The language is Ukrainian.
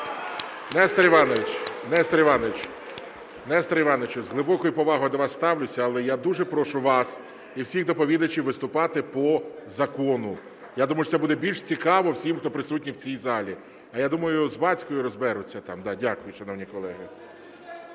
Нестор Іванович, з глибокою повагою до вас ставлюся, але я дуже прошу вас і всіх доповідачів виступати по закону, я думаю, що це буде більш цікаво всім, хто присутній в цій залі. А я думаю, з бацькаю розберуться там. Дякую, шановні колеги.